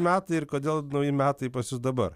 metai ir kodėl nauji metai pas jus dabar